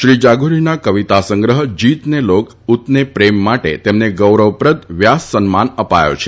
શ્રી જાગૃરીના કવિતા સંગ્રહ જીતને લોગ ઉતને પ્રેમ માટે તેમને ગૌરવપ્રદ વ્યાસ સન્માન અપાયો છે